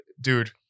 Dude